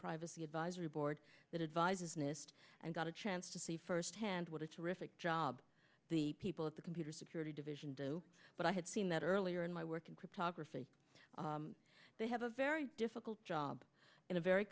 privacy advisory board that advises nist and got a chance to see firsthand what a terrific job the people at the computer security division do but i had seen that earlier in my work in cryptography they have a very difficult job in a very